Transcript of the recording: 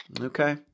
Okay